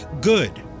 good